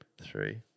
Three